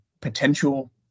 potential